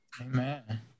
Amen